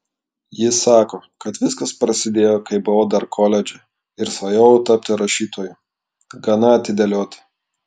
ji sako kad viskas prasidėjo kai buvau dar koledže ir svajojau tapti rašytoju gana atidėlioti